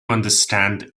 understand